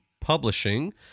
publishing